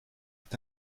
est